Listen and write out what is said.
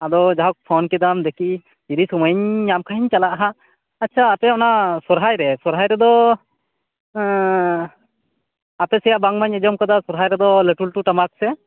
ᱟᱫᱚ ᱡᱟ ᱦᱳᱠ ᱯᱷᱳᱱ ᱠᱮᱫᱟᱢ ᱫᱮᱠᱤ ᱤᱫᱤ ᱥᱚᱢᱚᱧ ᱧᱟᱢ ᱠᱷᱟ ᱤᱧ ᱪᱟᱞᱟᱜᱼᱟ ᱦᱟᱸᱜ ᱟᱪᱷᱟ ᱟᱯᱮᱭᱟᱜ ᱚᱱᱟ ᱥᱚᱨᱦᱟᱭ ᱨᱮ ᱥᱚᱨᱦᱟᱭ ᱨᱮᱫᱚ ᱟᱯᱮᱥᱮᱭᱟᱜ ᱵᱟᱝ ᱢᱟᱧ ᱟᱸᱡᱚᱢ ᱠᱟᱫᱟ ᱥᱚᱨᱦᱟᱭ ᱨᱮᱫᱚ ᱞᱟ ᱴᱩ ᱞᱟ ᱴᱩ ᱴᱟᱢᱟᱠ ᱥᱮ